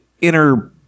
inner